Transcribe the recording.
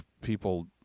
People